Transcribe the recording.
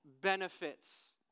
benefits